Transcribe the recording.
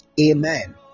Amen